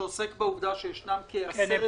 שעוסק בעובדה שישנם כ-10,000 מורים.